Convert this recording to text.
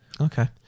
Okay